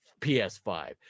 PS5